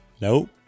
Nope